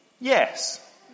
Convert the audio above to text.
yes